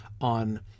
on